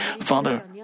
Father